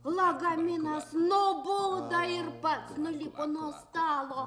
lagaminas nubudo ir pats nulipo nuo stalo